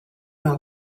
know